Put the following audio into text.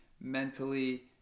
mentally